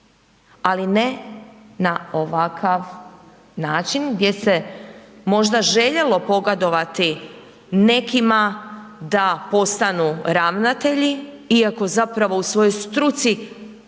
ali ne na ovakav način gdje se možda željelo pogodovati nekima da postanu ravnatelji iako zapravo u svojoj struci